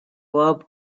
club